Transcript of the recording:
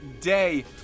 Day